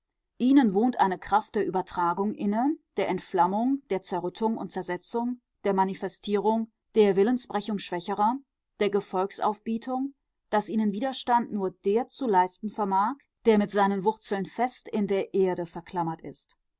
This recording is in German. ihnen wohnt eine kraft der übertragung inne der entflammung der zerrüttung und zersetzung der manifestierung der willensbrechung schwächerer der gefolgsaufbietung daß ihnen widerstand nur der zu leisten vermag der mit seinen wurzeln fest in der erde verklammert ist